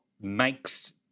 makes